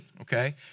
okay